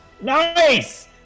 Nice